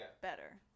better